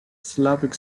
slavic